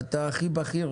אתה בכיר,